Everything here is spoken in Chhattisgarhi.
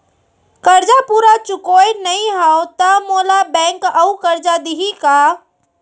करजा पूरा चुकोय नई हव त मोला बैंक अऊ करजा दिही का?